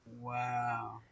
Wow